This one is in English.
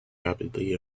rapidly